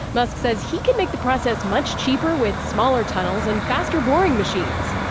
musk says he can make the process much cheaper with smaller tunnels and faster boring machines.